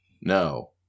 No